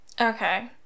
okay